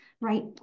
right